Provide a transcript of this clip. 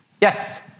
Yes